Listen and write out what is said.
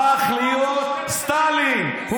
חבר הכנסת יבגני סובה.